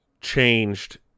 changed